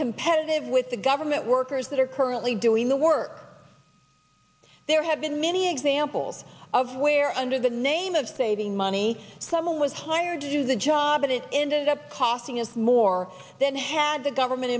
competitive with the government workers that are currently doing the work there have been many examples of where under the name of saving money some was hired to do the job and it ended up costing us more than had the government